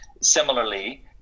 similarly